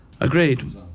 Agreed